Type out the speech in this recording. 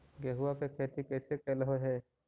गेहूआ के खेती कैसे कैलहो हे?